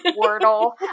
Wordle